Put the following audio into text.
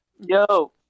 Yo